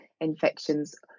infections